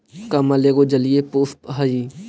कमल एगो जलीय पुष्प हइ